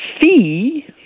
fee